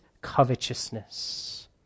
covetousness